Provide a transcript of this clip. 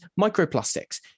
microplastics